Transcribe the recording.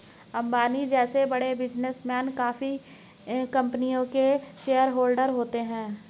अंबानी जैसे बड़े बिजनेसमैन काफी कंपनियों के शेयरहोलडर होते हैं